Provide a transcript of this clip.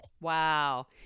Wow